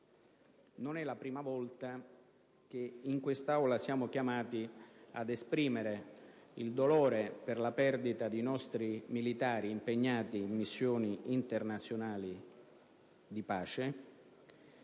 non è la prima volta che in quest'Aula siamo chiamati ad esprimere il dolore per la perdita di nostri militari impegnati in missioni internazionali di pace,